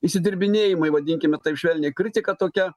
išsidirbinėjimai vadinkime taip švelniai kritika tokia